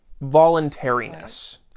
voluntariness